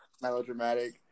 melodramatic